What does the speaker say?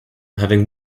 having